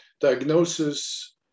diagnosis